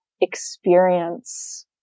experience